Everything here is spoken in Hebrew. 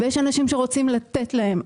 ויש אנשים שרוצים לתת להן.